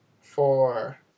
four